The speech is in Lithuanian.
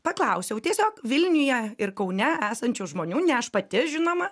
paklausiau tiesiog vilniuje ir kaune esančių žmonių ne aš pati žinoma